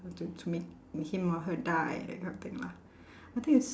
to to make him or her die that kind of thing lah I think it's